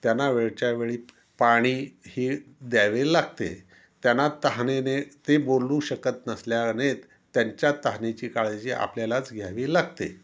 त्यांना वेळच्यावेळी पाणीही द्यावे लागते त्यांना तहानेने ते बोलू शकत नसल्याने त्यांच्या तहानेची काळजी आपल्यालाच घ्यावी लागते